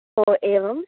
ओ एवम्